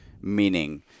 meaning